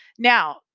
Now